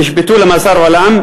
ונשפטו למאסר עולם.